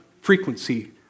frequency